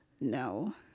no